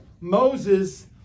Moses